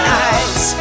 eyes